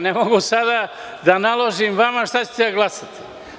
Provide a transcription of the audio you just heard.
Ne mogu sada da naložim vama šta ćete da glasate.